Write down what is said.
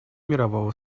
мирового